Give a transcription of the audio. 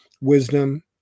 wisdom